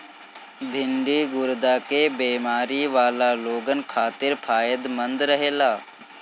भिन्डी गुर्दा के बेमारी वाला लोगन खातिर फायदमंद रहेला